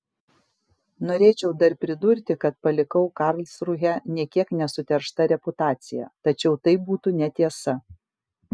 norėčiau dar pridurti kad palikau karlsrūhę nė kiek nesuteršta reputacija tačiau tai būtų netiesa